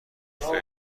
فکر